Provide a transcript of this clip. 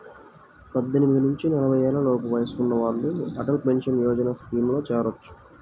పద్దెనిమిది నుంచి నలభై ఏళ్లలోపు వయసున్న వాళ్ళు అటల్ పెన్షన్ యోజన స్కీమ్లో చేరొచ్చు